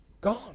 gone